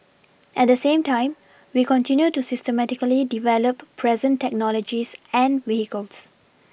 at the same time we continue to systematically develop present technologies and vehicles